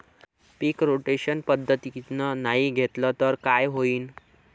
पीक rotation पद्धतीनं नाही घेतलं तर काय होईन?